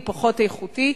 הוא פחות איכותי.